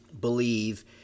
believe